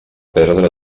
perdre